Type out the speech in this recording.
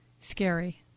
Scary